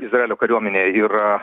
izraelio kariuomenė yra